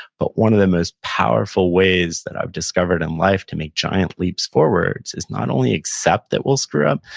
but one of the most powerful ways that i've discovered in life to make giant leaps forwards is not only accept that we'll screw up,